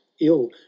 ill